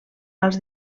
als